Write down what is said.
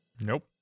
Nope